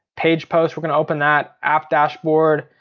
page posts, we're gonna open that, app dashboard.